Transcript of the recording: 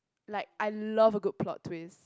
like I love a good plot twist